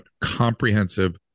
comprehensive